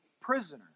prisoner